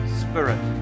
spirit